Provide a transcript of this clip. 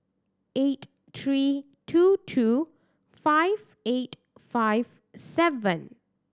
eight three two two five eight five seven